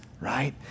right